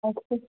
अस्तु